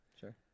Sure